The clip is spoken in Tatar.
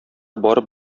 барып